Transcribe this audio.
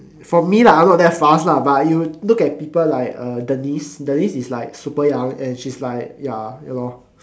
from me lah I am not that fast lah but you look at people like uh denise denise is like super young and she is like ya ya lor